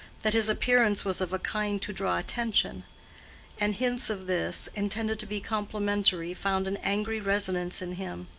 that his appearance was of a kind to draw attention and hints of this, intended to be complimentary, found an angry resonance in him,